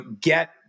get